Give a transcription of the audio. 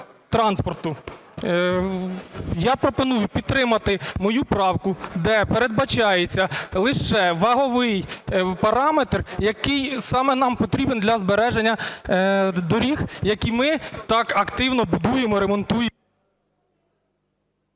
Я пропоную підтримати мою правку, де передбачається лише ваговий параметр, який саме нам потрібний для збереження доріг, які ми так активно будуємо, ремонтуємо…